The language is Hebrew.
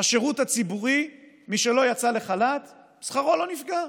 השירות הציבורי, מי שלא יצא לחל"ת שכרו לא נפגע,